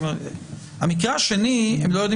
אני מלווה